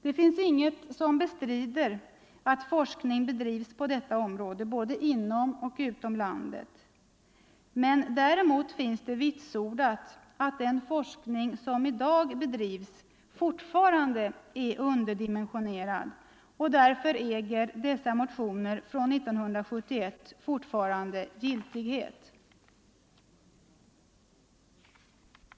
Det finns inget som bestrider att forskning bedrivs på detta område både inom och utom landet, men däremot finns det vitsordat att den forskning som i dag bedrivs fortfarande är underdimensionerad och därför äger dessa motioner från 1971 fortfarande giltighet.